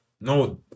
No